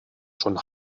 schon